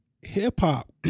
hip-hop